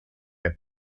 get